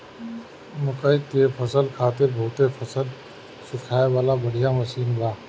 मकई के फसल खातिर बहुते फसल सुखावे वाला बढ़िया मशीन बा